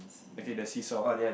okay the see saw